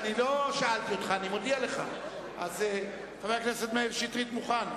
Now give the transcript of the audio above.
הקואליציה, חבר הכנסת מאיר שטרית, מוכן.